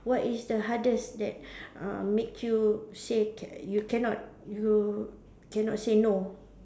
what is the hardest that uh make you say ca~ you cannot you cannot say no